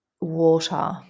water